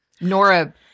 Nora